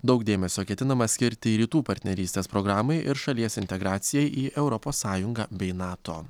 daug dėmesio ketinama skirti rytų partnerystės programai ir šalies integracijai į europos sąjungą bei nato